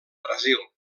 brasil